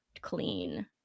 clean